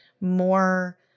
more